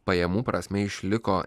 pajamų prasme išliko